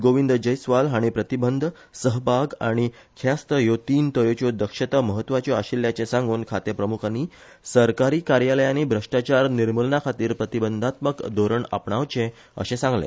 गोविंद जयस्वाल हांणी प्रतिबंद सहभाग आनी शिक्षा हयो तीन तरेच्यो दक्षता म्हत्वाच्यो आशिल्ल्याचे सांगून खाते प्रमुखानी सरकारी कार्यालयांनी भ्रश्टाचार निर्मूलनाखातीर प्रतिबंदात्मक धोरण आपणावचे अशें सांगले